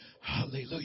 Hallelujah